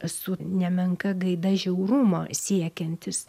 su nemenka gaida žiaurumo siekiantis